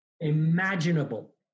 imaginable